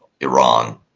Iran